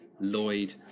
lloyd